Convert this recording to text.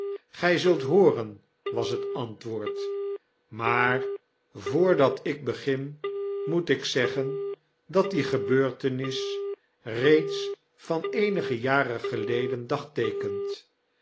gry zult hooren was het antwoord maar voordat ik begin moet ik zeggen dat die gebeurtenis reeds van eenige jaren geleden